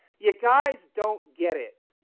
yet guys don't get it.